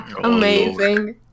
Amazing